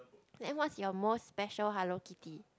then what's your most special Hello-Kitty